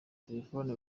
telefone